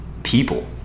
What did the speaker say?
People